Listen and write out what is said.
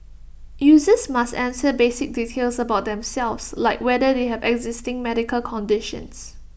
users must answer basic details about themselves like whether they have existing medical conditions